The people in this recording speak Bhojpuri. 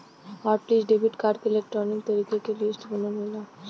हॉट लिस्ट डेबिट कार्ड क इलेक्ट्रॉनिक तरीके से लिस्ट बनल होला